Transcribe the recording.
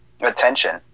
attention